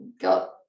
got